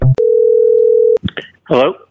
hello